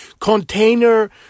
container